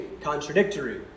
contradictory